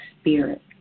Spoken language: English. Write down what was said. spirit